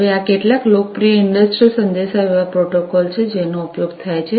હવે આ આ કેટલાક લોકપ્રિય ઇંડસ્ટ્રિયલ સંદેશાવ્યવહાર પ્રોટોકોલ છે જેનો ઉપયોગ થાય છે